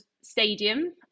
stadium